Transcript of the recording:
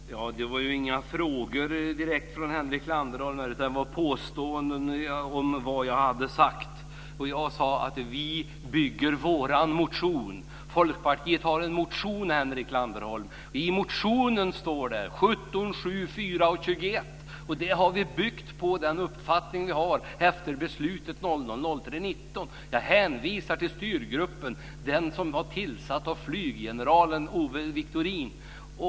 Fru talman! Det var ju inte direkt några frågor från Henrik Landerholm, utan det var påståenden om vad jag hade sagt. Jag sade att vi bygger på vår motion. Folkpartiet har en motion, Henrik Landerholm. I motionen står det: 17, 7, 4 och 21. Det har vi byggt på, den uppfattning vi har, efter beslutet den 19 mars 2000. Jag hänvisar till styrgruppen, den som var tillsatt av flyggeneralen Owe Wiktorin.